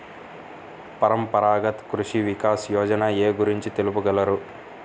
పరంపరాగత్ కృషి వికాస్ యోజన ఏ గురించి తెలుపగలరు?